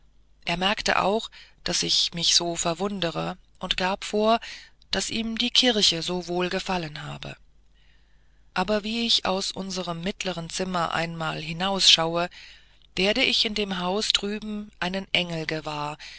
er merkte auch daß ich mich so verwundere und gab vor daß ihm die kirche so wohl gefallen habe aber wie ich aus unserem mittleren zimmer einmal hinausschaue werde ich in dem haus drüben einen engel gewahr